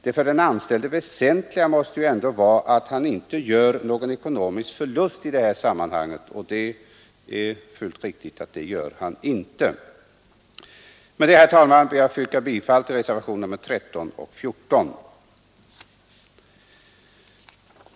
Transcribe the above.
Det för den anställde väsentliga måste ändå vara att han inte gör någon ekonomisk förlust i sammanhanget, och det är fullt riktigt att han inte gör det. Herr talman! Jag ber att få yrka bifall till reservationerna 13 och 14.